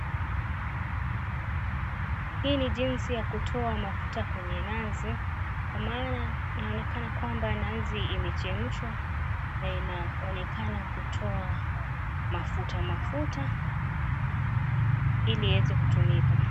Hii ni jinsi ya kutoa mafuta kwenye nazi, kwa maana inaonekana kwamba nazi imechamshwa na inaonekana kutoa mafuta mafuta ili iweze kutumika.